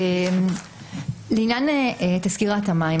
לעניין תסקיר ההתאמה.